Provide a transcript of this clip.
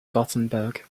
gothenburg